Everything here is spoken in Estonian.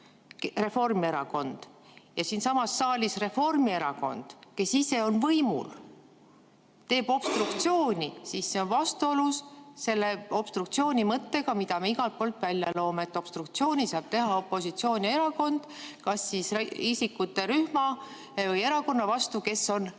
Reformierakond, ja siinsamas saalis see Reformierakond, kes ise on võimul, teeb obstruktsiooni. Aga see on vastuolus obstruktsiooni mõttega, mida me igalt poolt välja loeme: obstruktsiooni saab teha opositsioonierakond kas isikute rühma või erakonna vastu, kes on võimul.